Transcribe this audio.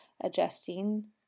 adjusting